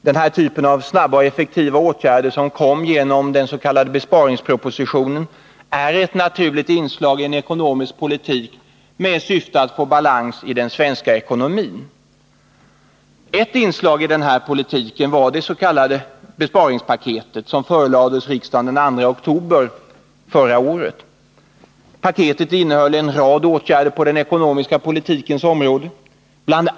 Den typ av snabba och effektiva åtgärder som kom genom den s.k. besparingspropositionen är ett naturligt inslag i en ekonomisk politik med syfte att få balans i den svenska ekonomin. Ett inslag i denna politik var det s.k. besparingspaketet som förelades riksdagen den 2 oktober 1980. Detta innehöll en rad åtgärder på den ekonomiska politikens område. Bl.